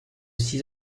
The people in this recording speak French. six